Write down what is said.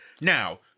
Now